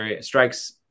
strikes